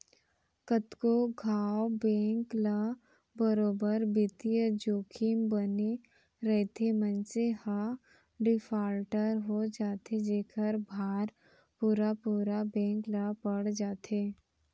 कतको घांव बेंक ल बरोबर बित्तीय जोखिम बने रइथे, मनसे ह डिफाल्टर हो जाथे जेखर भार पुरा पुरा बेंक ल पड़ जाथे